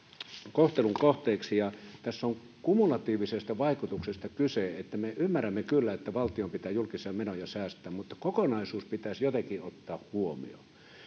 kohtelun kohteeksi ja tässä on kumulatiivisesta vaikutuksesta kyse me ymmärrämme kyllä että valtion pitää julkisia menoja säästää mutta kokonaisuus pitäisi jotenkin ottaa huomioon